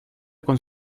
con